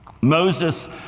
Moses